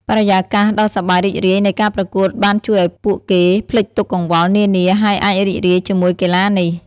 បរិយាកាសដ៏សប្បាយរីករាយនៃការប្រកួតបានជួយឱ្យពួកគេភ្លេចទុក្ខកង្វល់នានាហើយអាចរីករាយជាមួយកីឡានេះ។